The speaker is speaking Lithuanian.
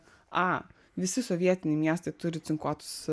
a visi sovietiniai miestai turi cinkuotus